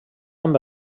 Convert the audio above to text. amb